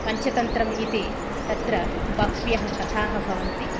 पञ्चतन्त्रम् इति तत्र बह्व्यः कथाः भवन्ति